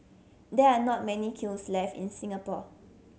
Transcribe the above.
there are not many kilns left in Singapore